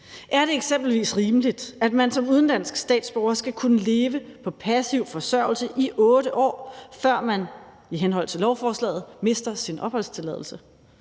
Er det eksempelvis rimeligt, at man som udenlandsk statsborger skal kunne leve på passiv forsørgelse i 8 år, før man i henhold til